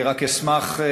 רק אשמח,